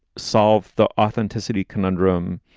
solve the authenticity conundrum.